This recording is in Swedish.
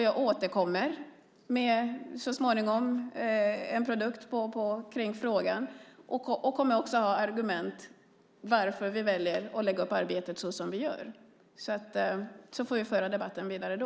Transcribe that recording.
Jag återkommer så småningom med en produkt kring frågan och kommer också att ha argument för att vi väljer att lägga upp arbetet såsom vi gör. Så får vi föra debatten vidare då.